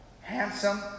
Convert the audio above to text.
handsome